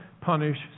punish